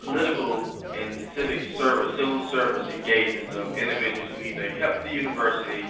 political and civic service, civil service engagements of individuals who either helped the university